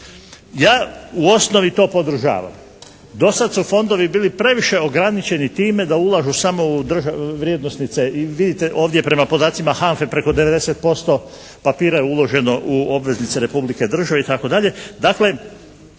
Ja u osnovi to podržavam. Do sada su fondovi bili previše ograničeni time da ulažu u samo vrijednosnice, i vidite ovdje prema podacima HANFA-e preko 90% papira je uloženo u obveznice Republike, države itd.